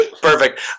Perfect